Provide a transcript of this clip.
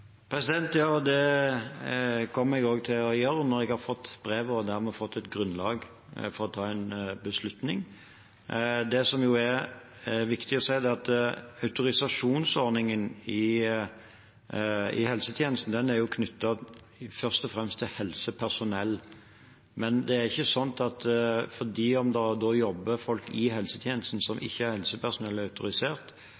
Ja, det kommer jeg også til å gjøre når jeg har fått brevet, og dermed fått et grunnlag for å ta en beslutning. Det som er viktig å si, er at autorisasjonsordningen i helsetjenesten først og fremst er knyttet til helsepersonell. Det er heller ikke sånn at selv om det jobber folk i helsetjenesten som